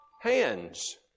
hands